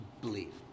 believe